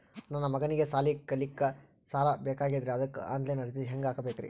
ನನ್ನ ಮಗನಿಗಿ ಸಾಲಿ ಕಲಿಲಕ್ಕ ಸಾಲ ಬೇಕಾಗ್ಯದ್ರಿ ಅದಕ್ಕ ಆನ್ ಲೈನ್ ಅರ್ಜಿ ಹೆಂಗ ಹಾಕಬೇಕ್ರಿ?